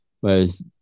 whereas